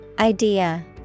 idea